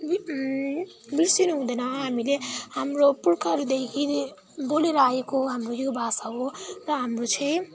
बिर्सिनु हुँदैन हामीले हाम्रो पुर्खाहरूदेखि बोलेर आएको हाम्रो यो भाषा हो र हाम्रो चाहिँ